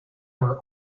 were